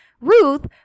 Ruth